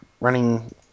running